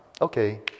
okay